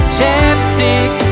Chapstick